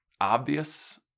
obvious